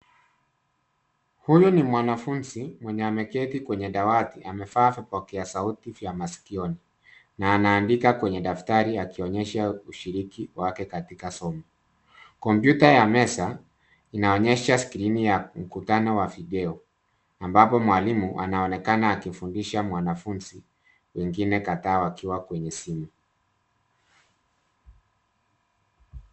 Huyu ni mwanafunzi mwenye ameketi kwenye dawati amevaa vipokea sauti vya masikioni na anaandika kwenye daftari akionyesha ushiriki wake katika somo, kompyuta ya meza inaonyesha skrini ya mkutano wa video ambapo mwalimu anaonekana akifundisha mwanafunzi wegine kadhaa wakiwa kwenye simu.